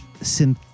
synth